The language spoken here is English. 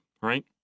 right